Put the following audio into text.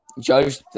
judge